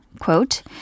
Quote